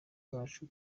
bacu